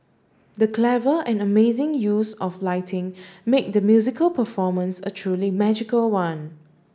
the clever and amazing use of lighting made the musical performance a truly magical one